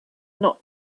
not